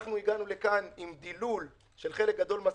אנחנו הגענו לכאן עם דילול של חלק גדול מהסעיפים,